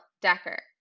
Decker